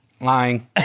Lying